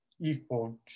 equal